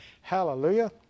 hallelujah